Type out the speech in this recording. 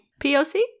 POC